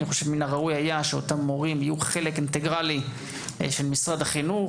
מן הראוי היה שאותם מורים יהיו חלק אינטגרלי של משרד החינוך,